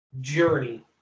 journey